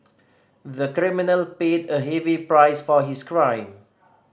the criminal paid a heavy price for his crime